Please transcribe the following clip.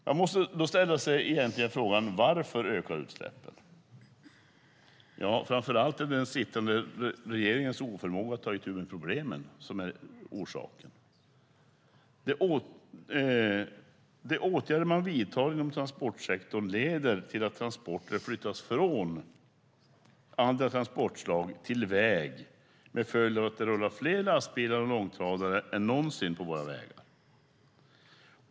Man måste ställa sig frågan: Varför ökar utsläppen? Framför allt är det den sittande regeringens oförmåga att ta itu med problemen som är orsaken. De åtgärder man vidtar inom transportsektorn leder till att transporter flyttas från andra transportslag till väg, med följd att det rullar fler lastbilar och långtradare än någonsin på våra vägar.